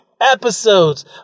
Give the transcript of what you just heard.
episodes